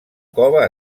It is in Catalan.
cova